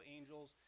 Angels